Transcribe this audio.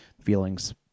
Feelings